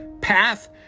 path